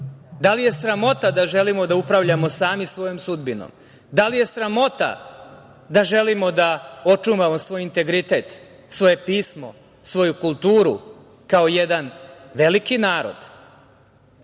Da li je sramota da želimo da upravljamo sami svojom sudbinom? Da li je sramota da želimo da očuvamo svoj integritet, svoje pismo, svoju kulturu kao jedan veliki narod,